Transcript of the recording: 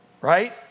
right